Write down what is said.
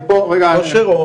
כושר?